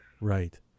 Right